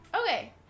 Okay